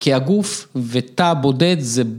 ‫כי הגוף ותא בודד זה ב.